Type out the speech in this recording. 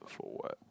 for what